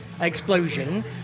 explosion